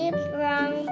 brown